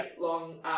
Long